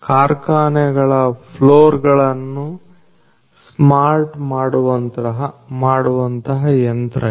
ಕಾರ್ಖಾನೆಗಳ ಫ್ಲೋರ್ ಗಳನ್ನು ಸ್ಮಾರ್ಟಾಗಿ ಮಾಡುವಂತಹ ಯಂತ್ರ ಇದು